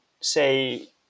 say